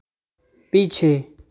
पीछे